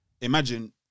imagine